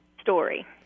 story